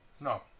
No